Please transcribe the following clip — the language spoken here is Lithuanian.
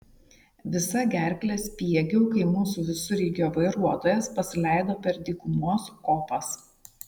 visa gerkle spiegiau kai mūsų visureigio vairuotojas pasileido per dykumos kopas